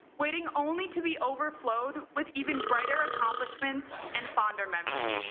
waiting only to be overflowed with even brighter accomplishments and fonder memories.